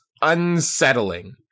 unsettling